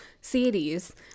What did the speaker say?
series